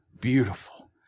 beautiful